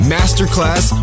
Masterclass